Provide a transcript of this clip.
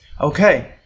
okay